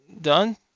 done